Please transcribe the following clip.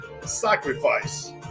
sacrifice